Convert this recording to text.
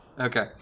Okay